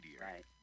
Right